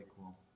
cool